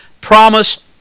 promise